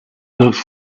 looked